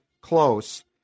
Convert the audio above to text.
close